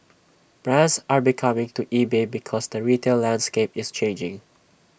brands are becoming to eBay because the retail landscape is changing